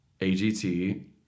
AGT